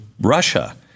Russia